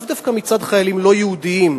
לאו דווקא מצד חיילים לא יהודים,